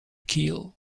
keel